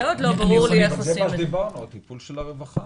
זה מה שדיברנו, הטיפול של הרווחה.